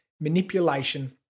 manipulation